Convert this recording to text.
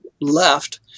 left